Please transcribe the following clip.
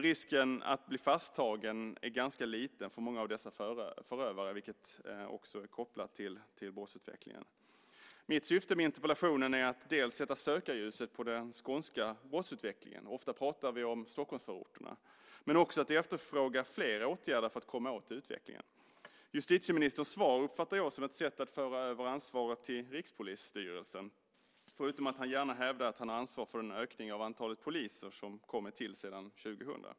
Risken för att bli fasttagen är dock för många av dessa förövare ganska liten, vilket också är kopplat till brottsutvecklingen. Mitt syfte med interpellationen är dels att sätta sökarljuset på den skånska brottsutvecklingen - ofta talar vi om Stockholmsförorterna - dels att efterfråga fler åtgärder för att komma åt utvecklingen. Justitieministerns svar uppfattar jag som ett sätt att föra över ansvaret till Rikspolisstyrelsen. Justitieministern hävdar gärna att han har ansvaret för den ökning av antalet poliser som skett sedan 2000.